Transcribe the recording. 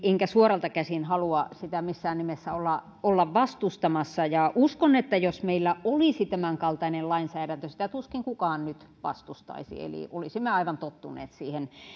enkä suoralta käsin halua sitä missään nimessä olla vastustamassa uskon että jos meillä olisi tämänkaltainen lainsäädäntö sitä tuskin kukaan nyt vastustaisi eli olisimme aivan tottuneet siihen